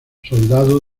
soldado